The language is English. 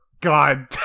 God